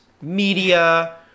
media